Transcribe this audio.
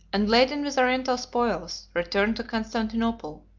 and laden with oriental spoils, returned to constantinople,